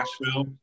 Nashville